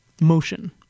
motion